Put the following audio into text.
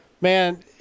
man